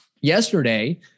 yesterday